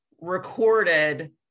recorded